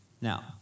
Now